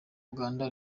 uganda